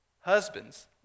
husbands